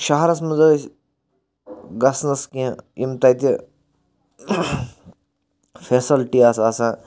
شَہرَس منٛز ٲسۍ گَژھنَس کینٛہہ یِم تَتہِ فیسلٹی آسہٕ آسان